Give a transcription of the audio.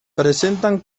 presentan